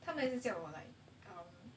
他每次讲我 like um